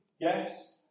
yes